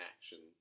action